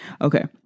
okay